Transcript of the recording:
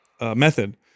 method